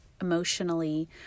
emotionally